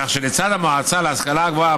כך שלצד המועצה להשכלה גבוהה,